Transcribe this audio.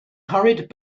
hurried